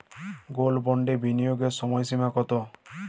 Gold বন্ডে বিনিয়োগের সময়সীমা কতো?